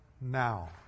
now